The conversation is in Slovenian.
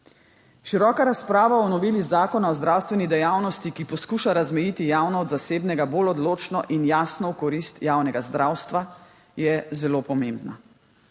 Široka razprava o noveli zakona o zdravstveni dejavnosti, ki poskuša razmejiti javno od zasebnega bolj odločno in jasno v korist javnega zdravstva, je zelo pomembna.